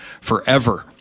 forever